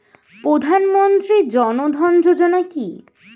প্রধানমন্ত্রী জনধন যোজনা কি?